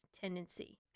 tendency